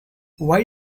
why